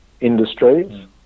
industries